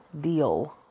deal